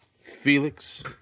Felix